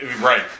right